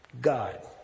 God